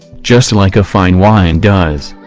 just like a fine wine does.